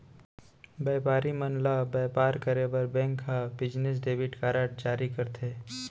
बयपारी मन ल बयपार करे बर बेंक ह बिजनेस डेबिट कारड जारी करथे